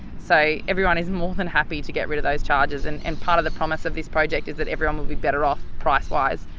so everyone is more than happy to get rid of those charges, and and part of the promise of this project is that everyone will be better off pricewise,